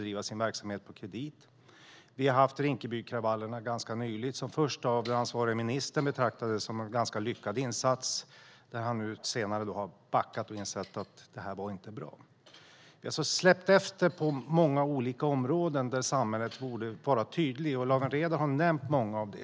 Nyligen hade vi Rinkebykravallerna, och till en början betraktades insatsen där av ansvarig minister som ganska lyckad. Senare har han backat och insett att den inte alls var bra. Vi har släppt efter på många olika områden där samhället borde vara tydligt. Lawen Redar nämnde många av dem.